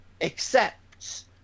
accepts